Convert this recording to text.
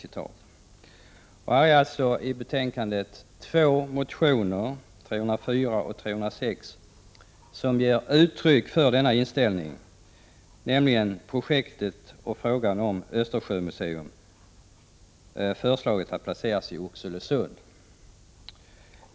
I motionerna Kr304 och Kr306, som behandlas i betänkandet, ges uttryck åt denna inställning i fråga om projektet och frågan om ett Östersjömuseum, vilket man har föreslagit skall placeras i Oxelösund.